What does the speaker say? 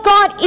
God